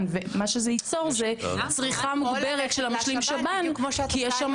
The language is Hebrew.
ומה שזה ייצור זה צריכה מוגברת של משלים שב"ן כי יש שם